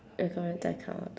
acco~ I cannot do